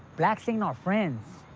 blacks ain't our friends.